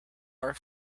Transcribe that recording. are